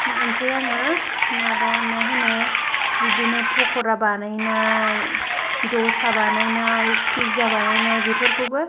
ओमफ्राय आङो माबा मा होनो बिदिनो पकरा बानायनाय दसा बानायनाय पिज्जा बानायनाय बेफोरखौबो